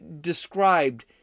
described